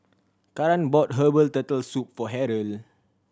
Karan bought herbal Turtle Soup for Harrold